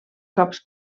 cops